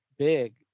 Big